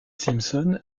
simpson